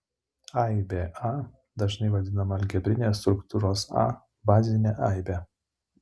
aibė a dažnai vadinama algebrinės struktūros a bazine aibe